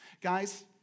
Guys